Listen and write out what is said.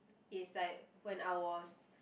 it's like when I was